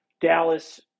Dallas